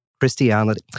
Christianity